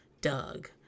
Doug